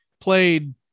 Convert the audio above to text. played